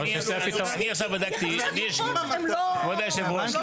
אני עכשיו בדקתי --- יחסי הכוחות הם לא --- כבוד יושב הראש,